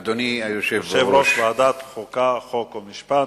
הוא יושב-ראש ועדת החוקה, חוק ומשפט.